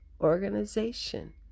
Organization